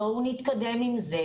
בואו נתקדם עם זה.